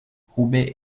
roubaix